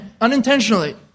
Unintentionally